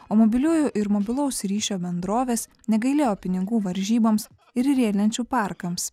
o mobiliųjų ir mobilaus ryšio bendrovės negailėjo pinigų varžyboms ir riedlenčių parkams